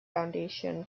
foundation